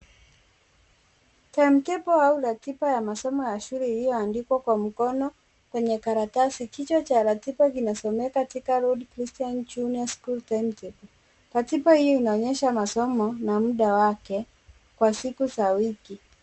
Timetable au ratiba ya masomo ya shule iliyoandikwa kwa mkono kwenye karatasi. Kichwa cha ratiba kinasomeka Thika Road Christian School Timetable. Ratiba hiyo inaonyesha masomo na muda wake kwa siku za wiki.